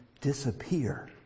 disappear